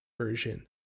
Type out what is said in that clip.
version